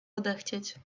odechcieć